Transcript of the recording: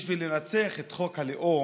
בשביל לנצח את חוק הלאום